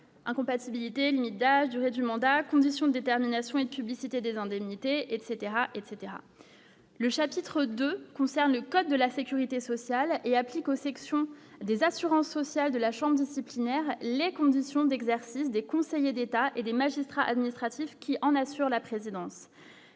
incompatibilité limite d'âge, durée du mandat condition détermination et publicité des indemnités etc etc. Le chapitre 2 concerts, le code de la sécurité sociale et applique aux sections des assurances sociales, de la Chambre disciplinaire, les conditions d'exercice des conseillers d'État et des magistrats administratifs qui en assure la présidence,